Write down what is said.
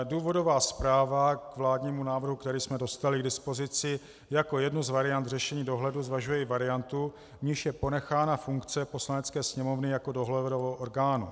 Důvodová zpráva k vládnímu návrhu, který jsme dostali k dispozici, jako jednu z variant řešení dohledu zvažuje i variantu, v níž je ponechána funkce Poslanecké sněmovny jako dohledového orgánu.